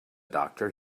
doctor